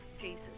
Jesus